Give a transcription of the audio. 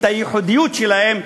את הייחודיות שלהם,